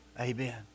Amen